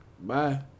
Bye